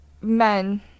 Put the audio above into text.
men